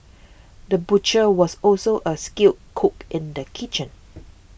the butcher was also a skilled cook in the kitchen